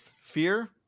Fear